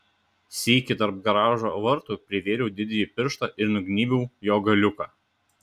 sykį tarp garažo vartų privėriau didįjį pirštą ir nugnybiau jo galiuką